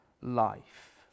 life